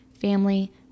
family